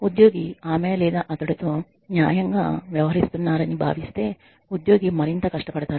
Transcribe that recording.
ఉద్యోగి ఆమె లేదా అతడు తో న్యాయం గా వ్యవహరిస్తున్నారని భావిస్తే ఉద్యోగి మరింత కష్టపడతారు